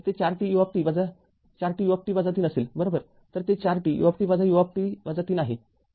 तर ते ४ t u ut ३ आहे